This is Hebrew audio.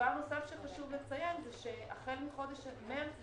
דבר נוסף שחשוב לציין זה שהחל מחודש מרץ,